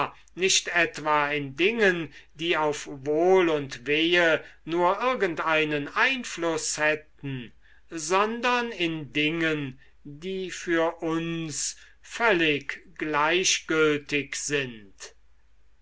nicht etwa in dingen die auf wohl und wehe nur irgendeinen einfluß hätten sondern in dingen die für uns völlig gleichgültig sind